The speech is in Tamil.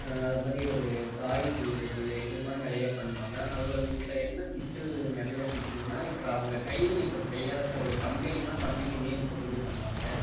அது மாதிரி ஒரு டாய் செய்கிறது இது மாதிரி நிறைய பண்ணுவாங்க அவங்களுகிட்ட என்ன சிக்கல் நிறைய சிக்கல்னால் இப்போ அவங்க கைவினை பொருள் கையால் செய் ஒரு கம்பெனினால் கம்பெனி நேம் போட்டு இது பண்ணுவாங்க